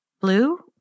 blue